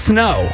Snow